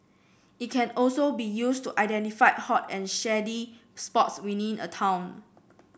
it can also be used to identify hot and shady spots within a town